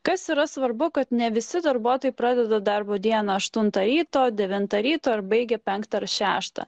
kas yra svarbu kad ne visi darbuotojai pradeda darbo dieną aštuntą ryto devintą ryto ar baigia penktą ar šeštą